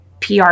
PR